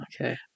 Okay